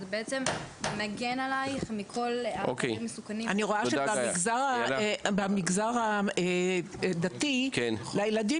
מגן מכל מיני --- אני רואה שבמגזר הדתי לילדים